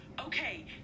Okay